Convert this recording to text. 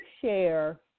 share